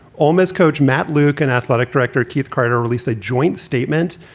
almost coach matt luke and athletic director keith carter released a joint statement.